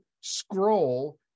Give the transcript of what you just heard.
scroll